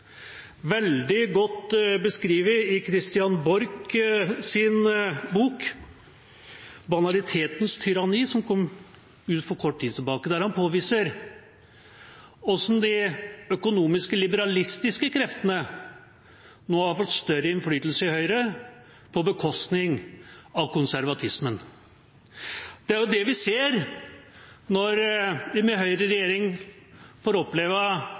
veldig godt beskrevet i Christian Borchs bok, Banalitetens tyranni, som kom ut for kort tid tilbake. Der påviser han hvordan de økonomiske, liberalistiske kreftene nå har fått større innflytelse i Høyre på bekostning av konservatismen. Det er det vi ser når vi med Høyre i regjering får oppleve